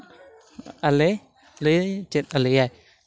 ᱟᱞᱮ ᱞᱟᱹᱭ ᱪᱮᱫ ᱟᱞᱮᱭᱟᱭ